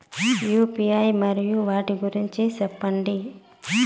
UPI మరియు వాటి గురించి సెప్పండి?